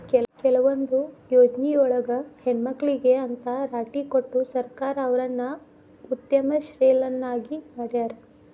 ಕೆಲವೊಂದ್ ಯೊಜ್ನಿಯೊಳಗ ಹೆಣ್ಮಕ್ಳಿಗೆ ಅಂತ್ ರಾಟಿ ಕೊಟ್ಟು ಸರ್ಕಾರ ಅವ್ರನ್ನ ಉದ್ಯಮಶೇಲ್ರನ್ನಾಗಿ ಮಾಡ್ಯಾರ